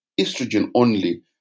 estrogen-only